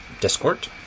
Discord